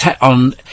on